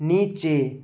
নিচে